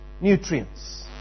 nutrients